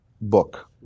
book